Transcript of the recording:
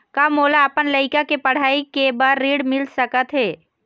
का मोला अपन लइका के पढ़ई के बर ऋण मिल सकत हे?